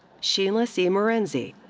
sheila c. murenzi.